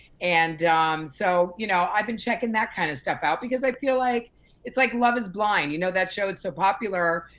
and um so you know i've been checkin' that kind of stuff out because i feel like like love is blind. you know that show? it's so popular.